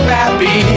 happy